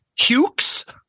Cukes